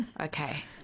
okay